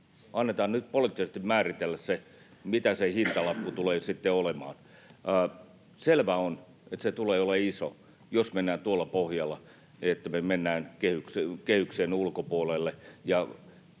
Annetaan nyt poliittisesti määritellä, mitä se hintalappu tulee sitten olemaan. Selvä on, että se tulee olemaan iso, jos mennään tuolla pohjalla, että me mennään kehyksen ulkopuolelle ja